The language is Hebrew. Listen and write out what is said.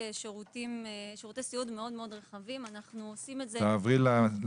שירותי סיעוד מאוד רחבים ואנחנו עושים את זה בכמה